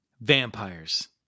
Vampires